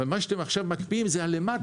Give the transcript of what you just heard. אבל מה שאתם מקפיאים עכשיו זה את למטה,